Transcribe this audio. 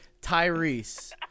Tyrese